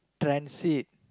transit